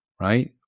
right